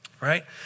right